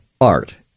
art